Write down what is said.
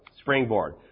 springboard